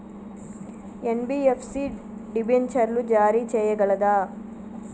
NBFC డిబెంచర్లు జారీ చేయగలదా?